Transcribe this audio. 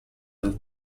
del